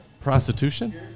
prostitution